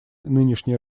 нынешней